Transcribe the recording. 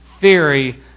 theory